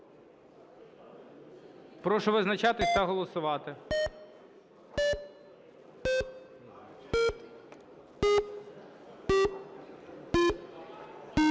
Прошу визначатись та голосувати.